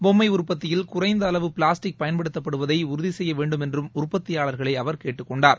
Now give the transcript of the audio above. பொம்மைஉற்பத்தியில் குறைந்தஅளவு பிளாஸ்டிக் பயன்படுத்தப்படுவதைஉறுதிசெய்யவேண்டுமென்றும் உற்பத்தியாளர்களைஅவர் கேட்டுக் கொண்டார்